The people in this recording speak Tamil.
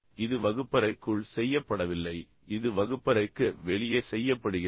இது வகுப்பறைக்குள் செய்யப்படவில்லை இது வகுப்பறைக்கு வெளியே செய்யப்படுகிறது